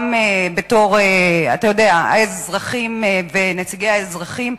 גם בתור אזרחים ונציגי האזרחים,